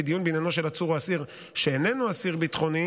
כי דיון בעניינו של עצור או אסיר שאיננו אסיר ביטחוני